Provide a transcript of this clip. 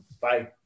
Bye